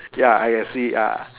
ya I can see uh